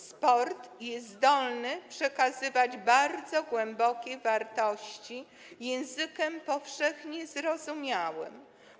Sport jest zdolny przekazywać bardzo głębokie wartości językiem powszechnie zrozumiałym.